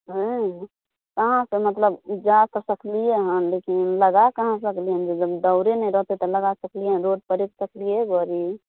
कहाँ सऽ मतलब जाय तऽ सकलियै हँ लेकिन लगाय कहाँ सकलियै दौरे नहि रहतै तऽ लगा सकलियै रोड पर राखि सकलियै गड़ी